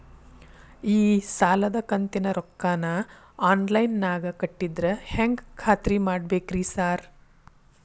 ಈ ಸಾಲದ ಕಂತಿನ ರೊಕ್ಕನಾ ಆನ್ಲೈನ್ ನಾಗ ಕಟ್ಟಿದ್ರ ಹೆಂಗ್ ಖಾತ್ರಿ ಮಾಡ್ಬೇಕ್ರಿ ಸಾರ್?